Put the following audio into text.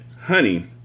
honey